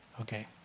Okay